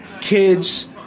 kids